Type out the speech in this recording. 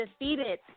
Defeated